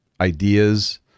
ideas